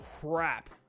crap